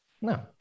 no